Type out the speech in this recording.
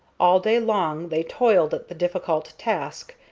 all day long they toiled at the difficult task,